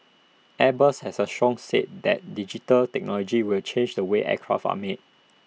airbus has A strong said that digital technology will change the way aircraft are made